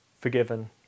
forgiven